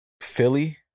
Philly